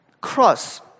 cross